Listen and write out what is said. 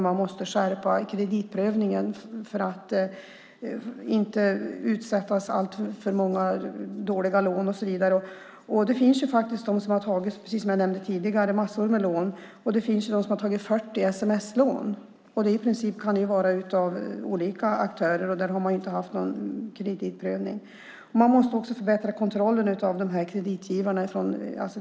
Och man måste skärpa kreditprövningen, så att människor inte utsätts för alltför många dåliga lån och så vidare. Det finns faktiskt de som har tagit, precis som jag nämnde tidigare, massor av lån. Det finns de som har tagit 40 sms-lån. Det kan i princip handla om olika aktörer, och där har man inte haft någon kreditprövning. Man måste också förbättra kontrollen av de här kreditgivarna.